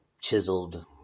chiseled